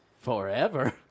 forever